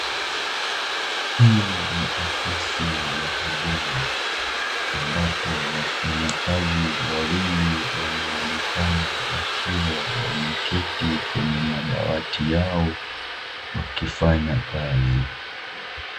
Hii ni ofisi ya huduma ambapo wafanyakazi wawili wanaonekana wakiwa wameketi kwenye madawati yao wakifanya kazi.